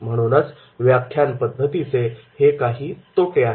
म्हणूनच व्याख्यान पद्धतीचे हे काही तोटे आहेत